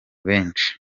benshi